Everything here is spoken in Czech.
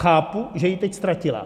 Chápu, že ji teď ztratila.